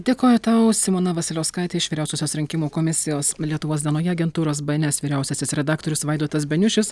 dėkoju tau simona vasiliauskaitė iš vyriausiosios rinkimų komisijos lietuvos dienoje agentūros bns vyriausiasis redaktorius vaidotas beniušis